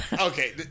Okay